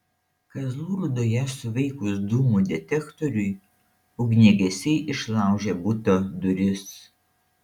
kazlų rūdoje suveikus dūmų detektoriui ugniagesiai išlaužė buto duris